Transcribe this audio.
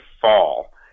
fall